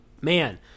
Man